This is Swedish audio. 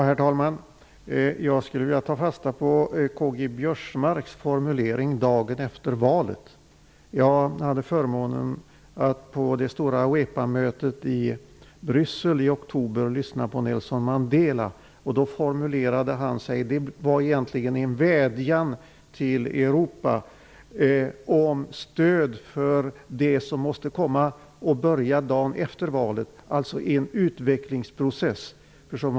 Herr talman! Jag skulle vilja ta fasta på Karl-Göran Biörsmarks formulering ''dagen efter valet''. Jag hade förmånen att vid det stora AWEPA-mötet i Bryssel i oktober lyssna på Nelson Mandela. Det var egentligen en vädjan till Europa om stöd för det som måste börja dagen efter valet, dvs. en utvecklingsprocess.